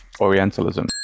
Orientalism